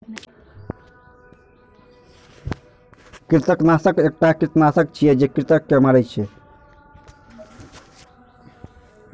कृंतकनाशक एकटा कीटनाशक छियै, जे कृंतक के मारै छै